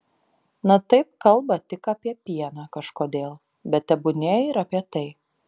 na taip kalba tik apie pieną kažkodėl bet tebūnie ir apie tai